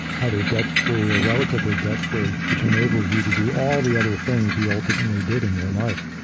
either debt free or relatively debt free, which enables you to do all the other things you ultimately did in your life.